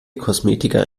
kosmetika